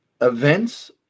events